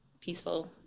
peaceful